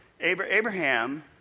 Abraham